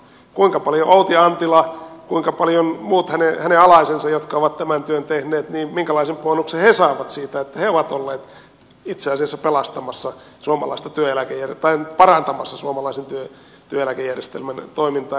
kuinka paljon outi antila kuinka paljon muut hänen alaisensa jotka ovat tämän työn tehneet minkälaisen puhalluksen he saavat siitä että he ovat olleet itse asiassa pelastamassa suomalaista työeläke ja vain parantamassa suomalaisen työeläkejärjestelmän toimintaa